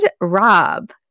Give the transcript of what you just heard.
Rob